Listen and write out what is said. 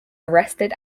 arrested